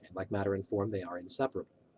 and like matter and form they are inseparable.